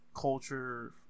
culture